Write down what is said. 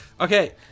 okay